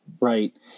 Right